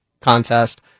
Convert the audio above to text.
contest